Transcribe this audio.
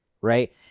right